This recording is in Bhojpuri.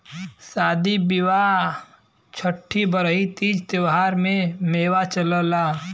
सादी बिआह छट्ठी बरही तीज त्योहारों में मेवा चलला